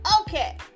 okay